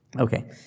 Okay